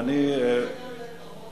הוא מקבל